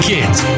Kids